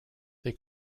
they